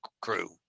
crew